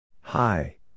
Hi